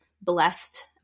blessed